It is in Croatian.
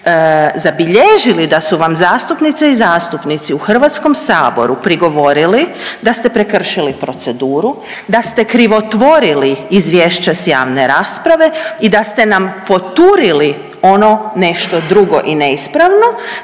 niste niti zabilježili da su vam zastupnice i zastupnici u Hrvatskom saboru prigovorili da ste prekršili proceduru, da ste krivotvorili izvješće sa javne rasprave i da ste nam poturili ono nešto drugo i neispravno.